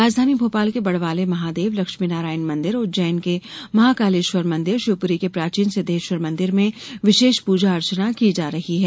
राजधानी भोपाल के बड़वाले महादेव लक्ष्मीनारायण मंदिर उज्जैन के महाकालेश्वर मंदिर शिवपुरी के प्राचीन सिद्वेश्वर मंदिर में विशेष पूजा अर्चना की जा रही है